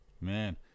Man